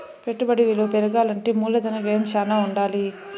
పెట్టుబడి విలువ పెరగాలంటే మూలధన వ్యయం శ్యానా ఉండాలి